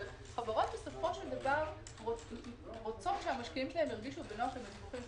אבל חברות בסופו של דבר רוצות שהמשקיעים שלהם ירגישו בנוח עם הדיווחים.